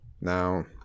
now